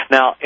Now